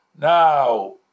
Now